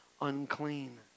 unclean